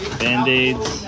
band-aids